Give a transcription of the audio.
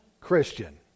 christian